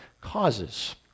causes